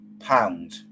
Pound